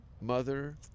Mother